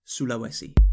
Sulawesi